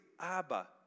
Abba